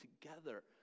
together